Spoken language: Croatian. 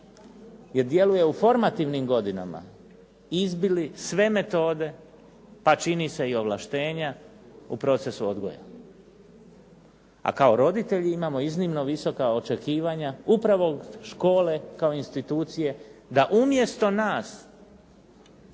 jer djeluje u formativnim godinama izbili sve metode pa čini se i ovlaštenja u procesu odgoja, a kao roditelji imamo iznimno visoka očekivanja upravo škole kao institucije da umjesto nas